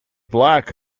black